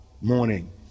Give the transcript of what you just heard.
morning